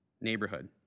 neighborhood